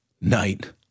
night